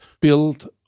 build